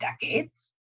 decades